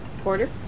Porter